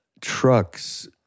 trucks